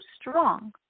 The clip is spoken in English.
strong